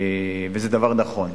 וזה דבר נכון.